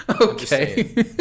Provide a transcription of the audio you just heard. Okay